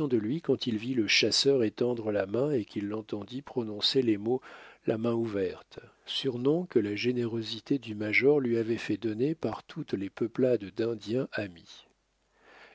de lui quand il vit le chasseur étendre la main et qu'il l'entendit prononcer les mots la main ouverte surnom que la générosité du major lui avait fait donner par toutes les peuplades d'indiens amis